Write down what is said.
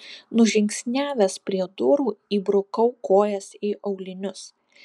nužingsniavęs prie durų įbrukau kojas į aulinius